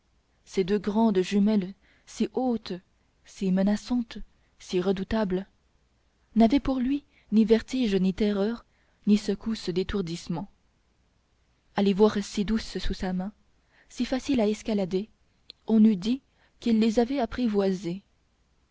ces deux géantes jumelles si hautes si menaçantes si redoutables n'avaient pour lui ni vertige ni terreur ni secousses d'étourdissement à les voir si douces sous sa main si faciles à escalader on eût dit qu'il les avait apprivoisées